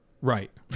Right